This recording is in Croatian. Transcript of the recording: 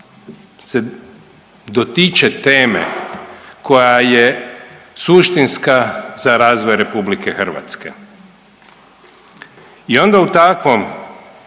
se dotiče teme koja je suštinska za razvoj Republike Hrvatske i onda u takvom